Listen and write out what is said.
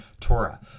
Torah